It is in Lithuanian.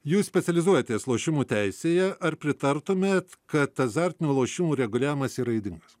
jūs specializuojatės lošimų teisėje ar pritartumėt kad azartinių lošimų reguliavimas yra ydingas